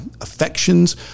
affections